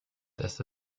this